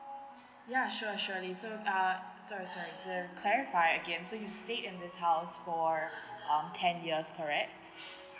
ya sure surely so uh sorry sorry to clarify again so you stayed in this house for um ten years correct